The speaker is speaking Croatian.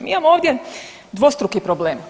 Mi imamo ovdje dvostruki problem.